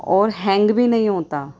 اور ہینگ بھی نہیں ہوتا